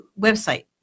website